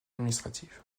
administrative